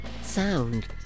sound